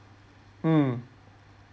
hmm